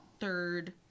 third